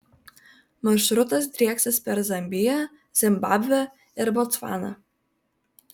maršrutas drieksis per zambiją zimbabvę ir botsvaną